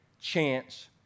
chance